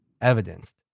evidenced